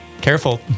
Careful